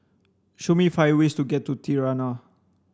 show me five ways to get to Tirana